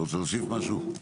אתה רוצה להוסיף משהו?